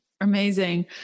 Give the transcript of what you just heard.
Amazing